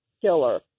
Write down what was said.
killer